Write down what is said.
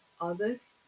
others